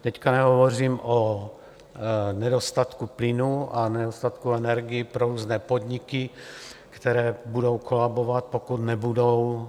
Teď nehovořím o nedostatku plynu a nedostatku energií pro různé podniky, které budou kolabovat, pokud nebudou...